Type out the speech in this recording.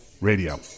radio